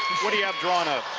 what do you have drawn up?